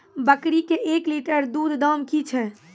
बकरी के एक लिटर दूध दाम कि छ?